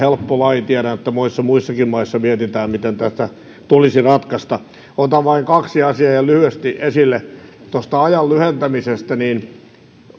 ole helppo laji tiedän että monissa muissakin maissa mietitään miten tämä tulisi ratkaista otan vain kaksi asiaa ihan lyhyesti esille tuosta ajan lyhentämisestä